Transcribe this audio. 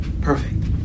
Perfect